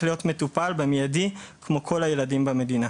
להיות מטופל במיידי כמו כל הילדים במדינה.